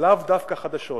ולאו דווקא חדשות.